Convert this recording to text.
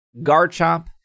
Garchomp